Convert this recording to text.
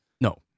No